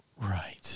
Right